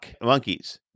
monkeys